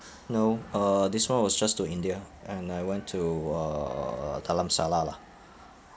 no uh this one was just to india and I went to uh dharamsala lah